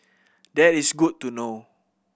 that is good to know